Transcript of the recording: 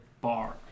bar